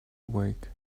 awake